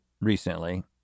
recently